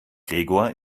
gregor